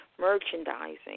merchandising